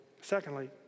Secondly